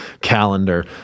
calendar